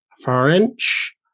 French